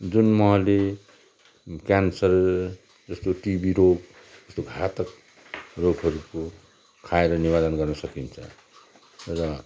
जुन महले क्यानसर जस्तो टिबी रोग यस्तो घातक रोगहरूको खाएर निवारण गर्न सकिन्छ र